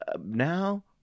Now